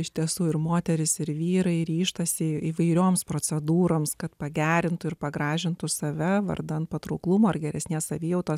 iš tiesų ir moterys ir vyrai ryžtasi įvairioms procedūroms kad pagerintų ir pagražintų save vardan patrauklumo ar geresnės savijautos